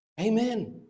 Amen